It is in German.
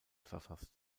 verfasst